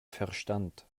verstand